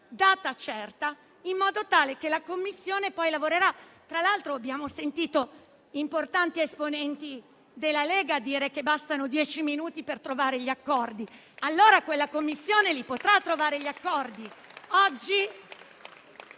data certa, in modo tale che la Commissione poi lavorerà. Tra l'altro, abbiamo sentito importanti esponenti della Lega dire che bastano dieci minuti per trovare gli accordi. E allora quella Commissione li potrà trovare gli accordi!